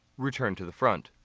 return to the front.